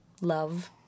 Love